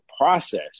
process